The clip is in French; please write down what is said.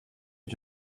est